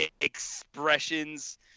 expressions